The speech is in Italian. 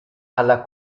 alla